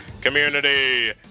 community